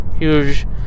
huge